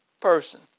person